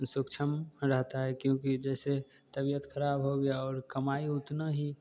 सक्षम रहता है क्योंकि जैसे तबीयत ख़राब हो गई और कमाई उतना ही